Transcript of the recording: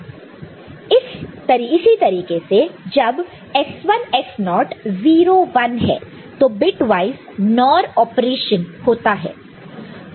इसी तरीके से जब S1 S0 0 1 है तो बिटवॉइस NOR ऑपरेशन होता है